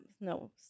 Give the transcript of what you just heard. no